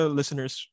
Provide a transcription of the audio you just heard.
listeners